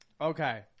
Okay